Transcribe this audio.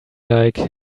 like